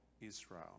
Israel